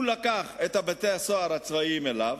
הוא לקח את בתי-הסוהר הצבאיים עליו,